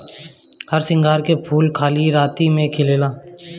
हरसिंगार के फूल खाली राती में खिलेला